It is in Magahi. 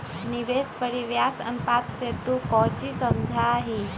निवेश परिव्यास अनुपात से तू कौची समझा हीं?